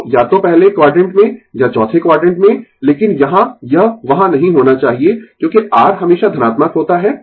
तो या तो पहले क्वाडरेंट में या चौथे क्वाडरेंट में लेकिन यहां यह वहां नहीं होना चाहिए क्योंकि R हमेशा धनात्मक होता है